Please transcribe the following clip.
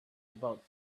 about